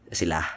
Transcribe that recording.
sila